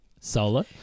solo